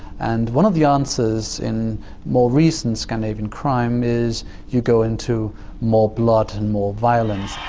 and one of the answers in more recent scandinavian crime is you go into more blood and more violence.